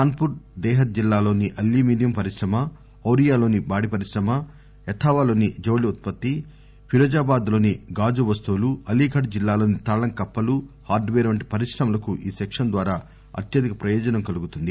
కాన్ poor Dehat జిల్లాలోని aluminium పరిశ్రమ ఔరియాలోని పాడిపరిశ్రమ యథావాలోని జౌళి ఉత్పత్తి ఫిరోజాబాద్ లోని గాజు వస్తువులు అలీఘడ్ జిల్లాలోని తాళం కప్పులు హార్డ్ పేర్ వంటి పరిశ్రమలకు ఈ సెక్షన్ ద్వారా అత్యధిక ప్రయోజనం కలుగుతుంది